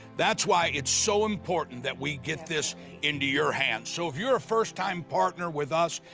that's why it's so important that we get this into your hands. so if you're a first time partner with us,